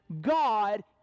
God